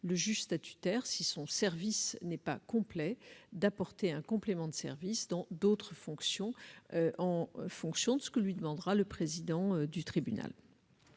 le magistrat, si son service n'est pas complet, d'apporter un complément de service dans d'autres fonctions, selon ce que lui demandera le président du tribunal.